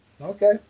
Okay